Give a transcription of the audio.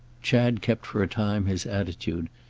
chad kept for a time his attitude,